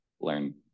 learn